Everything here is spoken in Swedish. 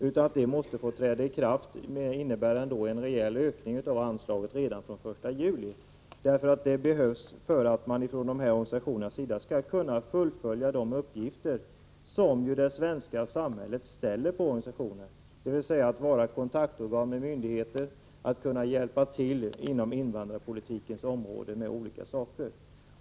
Detta måste träda i kraft med en rejäl ökning av anslaget redan från den 1 juli. Det behövs för att de här organisationerna skall kunna fullfölja de uppgifter som det svenska samhället ger organisationerna, dvs. att vara kontaktorgan med myndigheter och att hjälpa till inom invandrarpolitikens område med olika saker.